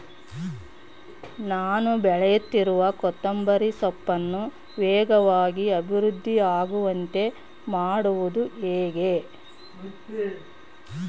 ನಾನು ಬೆಳೆಸುತ್ತಿರುವ ಕೊತ್ತಂಬರಿ ಸೊಪ್ಪನ್ನು ವೇಗವಾಗಿ ಅಭಿವೃದ್ಧಿ ಆಗುವಂತೆ ಮಾಡುವುದು ಹೇಗೆ?